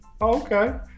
Okay